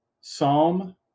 Psalm